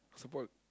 support